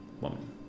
woman